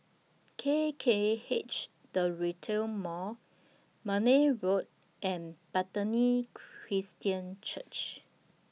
K K H The Retail Mall Marne Road and Bethany Christian Church